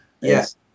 Yes